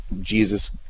Jesus